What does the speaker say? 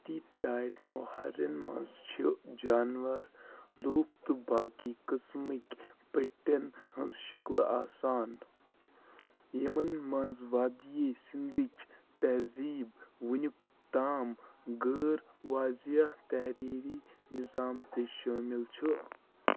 سِٹایِٹ مُہَرن منٛز چھِ جانوَر لوٗکھ تہٕ باقٕے قٕسمٕکۍ پٹٮ۪ن ہٕنٛز شکلہٕ آسان یِمَن منٛز وادی سنٛدھٕچ تہذیٖب وُنیُکتام غٲر واضح تحریٖری نِظام تہِ شٲمِل چھُ